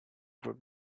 were